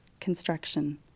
Construction